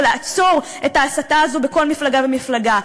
ולעצור את ההסתה הזו בכל מפלגה ומפלגה.